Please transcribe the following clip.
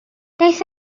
daeth